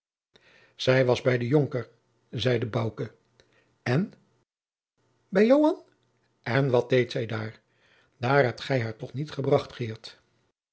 zij was bij den jonker zeide bouke en bij joan en wat deed zij daar daar hebt gij haar toch niet gebracht